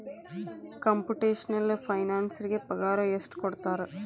Computational ಫೈನಾನ್ಸರಿಗೆ ಪಗಾರ ಎಷ್ಟ್ ಕೊಡ್ತಾರ?